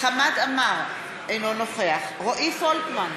חמד עמאר, אינו נוכח רועי פולקמן,